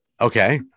Okay